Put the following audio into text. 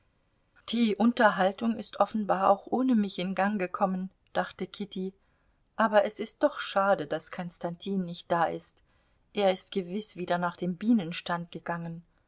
die unterhaltung ist offenbar auch ohne mich in gang gekommen dachte kitty aber es ist doch schade daß konstantin nicht da ist er ist gewiß wieder nach dem bienenstand gegangen